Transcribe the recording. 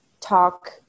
talk